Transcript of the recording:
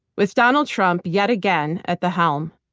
with donald trump yet again at the helm.